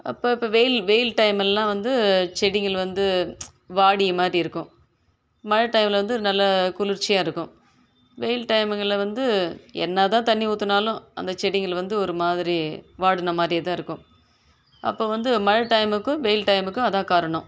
அப்போ இப்போ வெயில் வெயில் டைமெல்லாம் வந்து செடிங்கள் வந்து வாடிய மாதிரி இருக்கும் மழை டைம்மில் வந்து நல்லா குளிர்ச்சியாக இருக்கும் வெயில் டைமுங்களில் வந்து என்ன தான் தண்ணி ஊற்றுனாலும் அந்த செடிங்கள் வந்து ஒரு மாதிரி வாடின மாதிரியே தான் இருக்கும் அப்போ வந்து மழை டைமுக்கும் வெயில் டைமுக்கும் அதான் காரணம்